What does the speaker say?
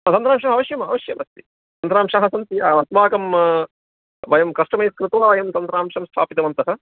तन्त्रांशः अवश्यम् अवश्यमस्ति तन्त्रांशाः सन्ति अस्माकं वयं कस्टमैजस् कृत्वा वयं तन्त्रांशं स्थापितवन्तः